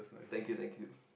thank you thank you